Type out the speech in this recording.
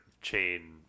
chain